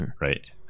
right